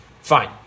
fine